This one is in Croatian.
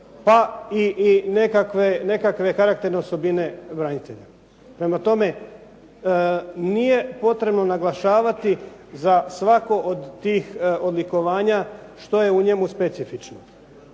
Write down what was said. pa i nekakve karakterne osobine branitelja. Prema tome, nije potrebno naglašavati za svako od tih odlikovanja što je u njemu specifično.